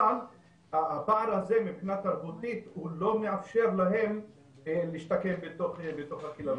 אבל הפער הזה מבחינה תרבותית לא מאפשר להם להשתקם בתוך הכלא.